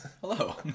hello